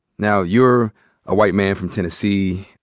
now, you're ah white man from tennessee.